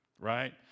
right